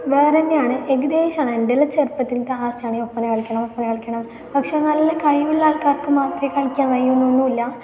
വേറെ തന്നെയാണ് ഏകദേശം എൻ്റെ എല്ലാ ചെറുപ്പത്തിലെ ആശയാണ് ഈ ഒപ്പന കളികണം ഒപ്പന കളിക്കണം പക്ഷേ നല്ല കഴിവുള്ള ആൾക്കാർക്ക് മാത്രേ കളിക്കാൻ കഴിയുന്നു എന്നില്ല